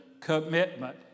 commitment